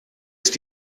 ist